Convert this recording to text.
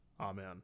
Amen